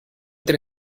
tre